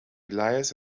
elias